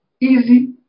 Easy